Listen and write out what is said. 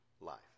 life